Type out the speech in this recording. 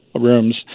rooms